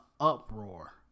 uproar